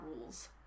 rules